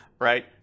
Right